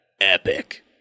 Epic